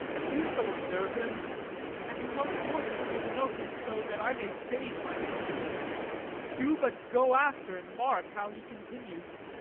you shall observe him and his own courses will denote him so that i may save my speech do but go after, and mark how he continues.